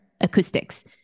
acoustics